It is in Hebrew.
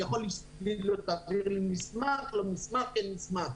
מעבר למסמכים,